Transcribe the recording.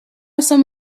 some